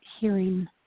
hearing